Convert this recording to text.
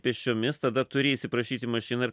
pėsčiomis tada turi įsiprašyti mašinų ir